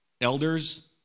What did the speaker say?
elders